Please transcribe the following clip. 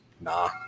Nah